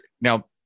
now